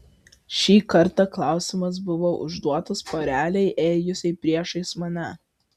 ši kartą klausimas buvo užduotas porelei ėjusiai priešais mane